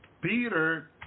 Peter